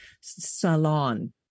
salon